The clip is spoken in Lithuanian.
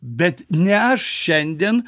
bet ne aš šiandien